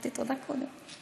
לצחי אמרתי תודה קודם.